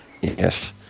Yes